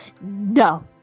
no